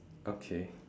okay